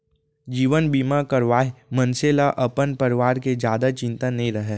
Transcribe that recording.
जीवन बीमा करवाए मनसे ल अपन परवार के जादा चिंता नइ रहय